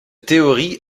théorie